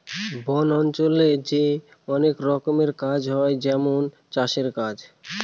বন অঞ্চলে যে অনেক রকমের কাজ হয় যেমন চাষের ইত্যাদি